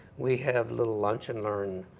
we have little lunch and learn